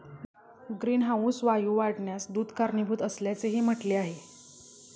greenhouse वायू वाढण्यास दूध कारणीभूत असल्याचेही म्हटले आहे